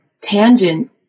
tangent